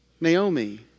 Naomi